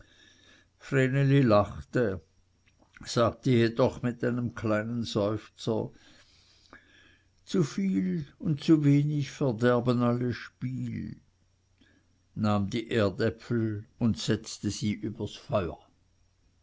lachte sagte jedoch mit einem kleinen seufzer zu wenig und zu viel verderben alle spiel nahm die erdäpfel und setzte sie übers feuer